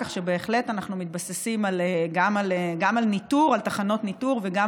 כך שבהחלט אנחנו מתבססים גם על תחנות ניטור וגם